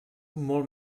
molt